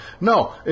No